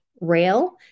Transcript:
rail